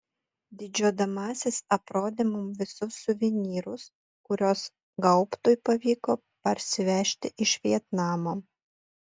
didžiuodamasis aprodė mums visus suvenyrus kuriuos gaubtui pavyko parsivežti iš vietnamo